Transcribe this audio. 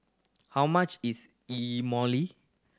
how much is Imoli